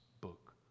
book